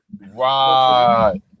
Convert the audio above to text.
Right